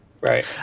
Right